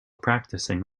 practising